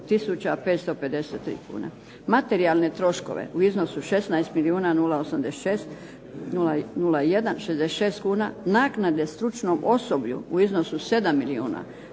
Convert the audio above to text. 553 kune. Materijalne troškove u iznosu 16 milijuna 086 01 66 kuna. Naknade stručnom osoblju u iznosu 7 milijuna